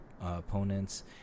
opponents